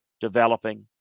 developing